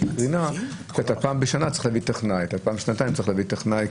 קרינה להביא טכנאי פעם בשנה או פעם בשנתיים,